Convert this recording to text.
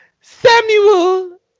Samuel